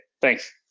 thanks